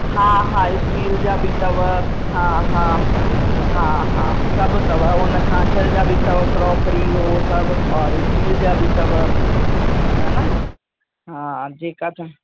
हा हा स्टील जा बि अथव हा हा हा हा हा सभु अथव हुन कांच जा बि अथव क्रोकरी उहो सभु और स्टील जा बि अथव हा न हा जेका तव्हां